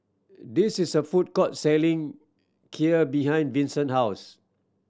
this is a food court selling Kheer behind Vinson house